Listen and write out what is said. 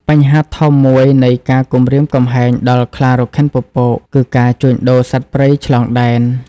បញ្ហាធំមួយនៃការគំរាមកំហែងដល់ខ្លារខិនពពក គឺ ការជួញដូរសត្វព្រៃឆ្លងដែន។